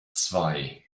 zwei